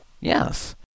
Yes